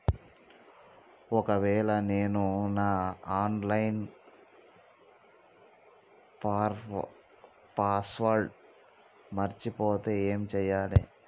ఒకవేళ నేను నా ఆన్ లైన్ పాస్వర్డ్ మర్చిపోతే ఏం చేయాలే?